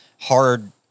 hard